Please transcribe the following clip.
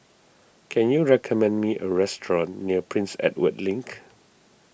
can you recommend me a restaurant near Prince Edward Link